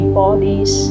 bodies